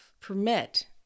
permit